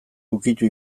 ukitu